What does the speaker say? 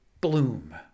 bloom